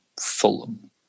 Fulham